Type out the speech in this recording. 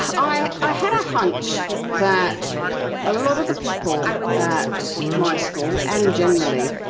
i i had a hunch that a lot of the people at my school, and generally,